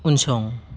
उनसं